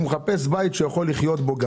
והוא מחפש בית שהוא יכול לחיות בו.